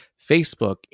Facebook